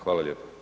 Hvala